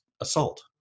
assault